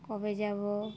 কবে যাব